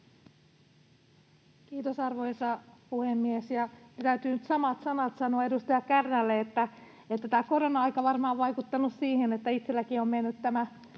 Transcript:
Kiitos, arvoisa puhemies! Täytyy nyt samat sanat sanoa edustaja Kärnälle, että tämä korona-aika varmaan on vaikuttanut siihen, että itsellänikin on mennyt tämä